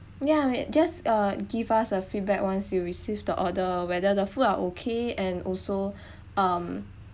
ya wait just uh give us a feedback once you receive the order whether the food are okay and also um